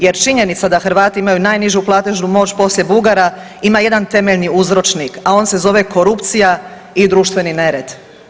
Jer činjenica da Hrvati imaju najnižu platežnu moć poslije Bugara ima jedan temeljni uzročnik, a on se zove korupcija i društveni nered.